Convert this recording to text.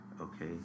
Okay